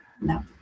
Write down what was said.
No